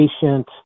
patient